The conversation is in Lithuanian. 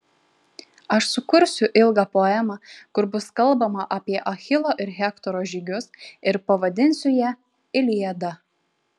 aš sukursiu ilgą poemą kur bus kalbama apie achilo ir hektoro žygius ir pavadinsiu ją iliada